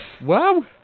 Wow